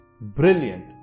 brilliant